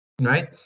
right